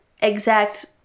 exact